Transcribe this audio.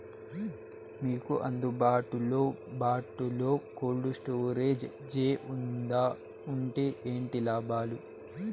మీకు అందుబాటులో బాటులో కోల్డ్ స్టోరేజ్ జే వుందా వుంటే ఏంటి లాభాలు?